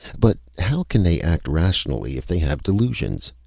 but how can they act rationally if they have delusions?